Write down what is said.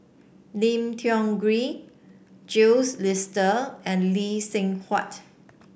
Lim Tiong Ghee Jules and Lee Seng Huat